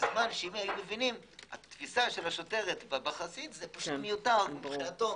בזמן שמבחינתו זה מיותר מבחינתו.